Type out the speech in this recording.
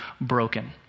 broken